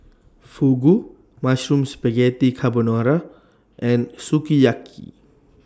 Fugu Mushroom Spaghetti Carbonara and Sukiyaki